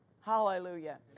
Hallelujah